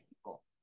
people